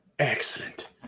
Excellent